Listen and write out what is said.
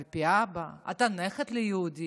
על פי אבא, אתה נכד ליהודי,